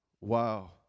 Wow